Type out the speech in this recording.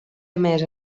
emès